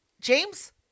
James